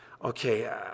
Okay